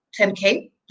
10K